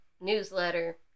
newsletter